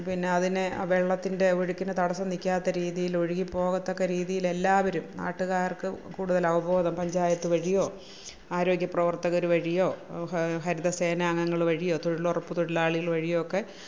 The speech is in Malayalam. പിന്നെ അതിനെ വെള്ളത്തിന്റെ ഒഴുക്കിനു തടസ്സം നിൽക്കാത്ത രീതിയിൽ ഒഴുകി പോകത്തക്ക രീതിയിൽ എല്ലാവരും നാട്ടുകാര്ക്ക് കൂടുതലവബോധം പഞ്ചായത്ത് വഴിയോ ആരോഗ്യ പ്രവര്ത്തകർ വഴിയോ ഹ ഹരിതസേനാ അംഗങ്ങൾ വഴിയോ തൊഴിലുറപ്പ് തൊഴിലാളികൾ വഴിയോ ഒക്കെ